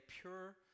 pure